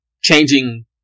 changing